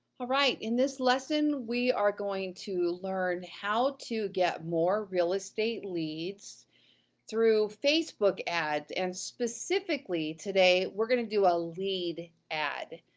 alright, in this lesson we are going to learn how to get more real estate leads through facebook ads, and specifically today, we're gonna do a lead ad.